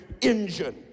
engine